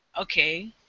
okay